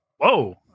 Whoa